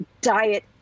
diet